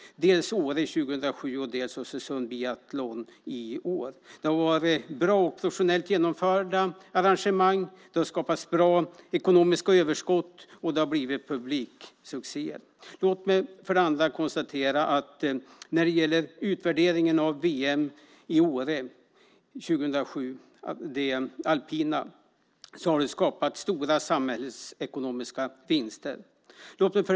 Det är dels Åre 2007 dels Östersund Biathlon i år. Det har varit bra och professionellt genomförda arrangemang. Det har skapats bra ekonomiska överskott och det har blivit publiksuccéer. Låt mig också konstatera att VM i Åre - det alpina - har skapat stora samhällsekonomiska vinster.